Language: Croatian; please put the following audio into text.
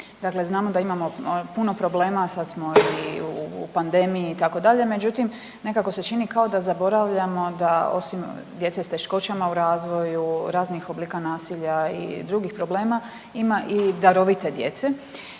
znamo da imamo puno problema, sada smo i u pandemiji itd. Međutim, nekako se čini kao da zaboravljamo da osim djece s teškoćama u razvoju, raznih oblika nasilja i drugih problema ima i darovite djece.